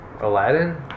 Aladdin